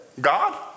God